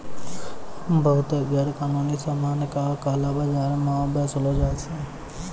बहुते गैरकानूनी सामान का काला बाजार म बेचलो जाय छै